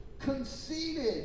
Conceited